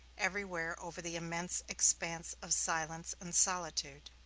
every where over the immense expanse of silence and solitude.